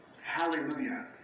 Hallelujah